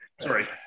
sorry